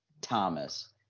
Thomas